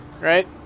Right